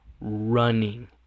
running